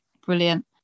brilliant